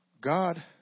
God